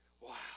Wow